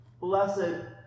Blessed